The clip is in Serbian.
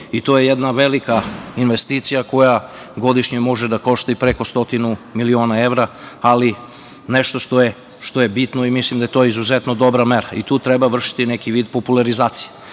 To je jedna velika investicija koja godišnje može da košta i preko stotinu miliona evra, ali nešto što je bitno i mislim da je to izuzetno dobra mera. Tu treba vršiti neki vid popularizacije. Zamena